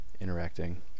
interacting